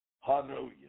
Hallelujah